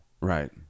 Right